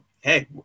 Hey